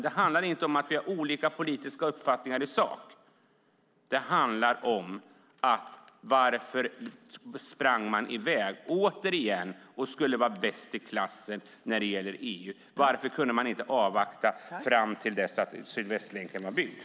Detta handlar inte om att vi har olika politiska uppfattningar i sak, utan det handlar om varför man återigen sprang i väg för att vara bäst i klassen när det gäller EU. Varför kunde man inte avvakta fram till dess att Sydvästlänken var byggd?